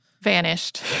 vanished